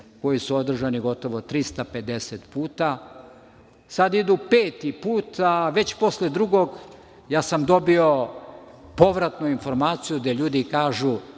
koji su održani gotovo 350 puta. Sada idu peti put, a već posle drugog ja sam dobio povratnu informaciju gde ljudi kažu